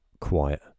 quiet